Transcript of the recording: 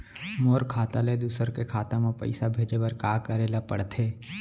मोर खाता ले दूसर के खाता म पइसा भेजे बर का करेल पढ़थे?